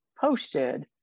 posted